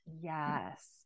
Yes